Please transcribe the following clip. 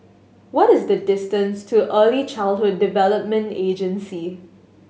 what is the distance to Early Childhood Development Agency